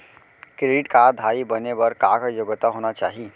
Credit card धारी बने बर का का योग्यता होना चाही?